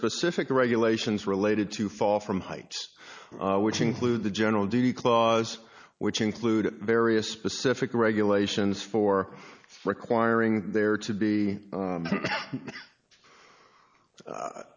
specific regulations related to fall from heights which include the general duty clause which include various specific regulations for requiring there to be